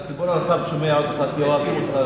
והציבור הרחב שומע אותך, כי אוהבים